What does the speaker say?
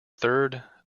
third